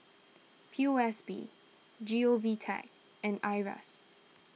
P O S B G O V Tech and Iras